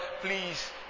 please